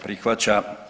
prihvaća.